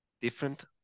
different